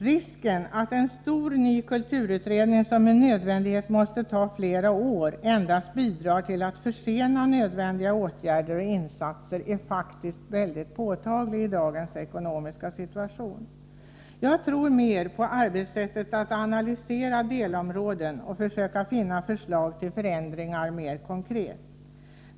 Risken att en stor, ny kulturutredning, som med nödvändighet måste ta flera år, endast bidrar till att försena nödvändiga åtgärder och insatser är faktiskt påtaglig i dagens ekonomiska situation. Jag tror snarare på arbetssättet att analysera delområden och försöka finna förslag till förändringar mer konkret.